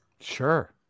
sure